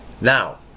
Now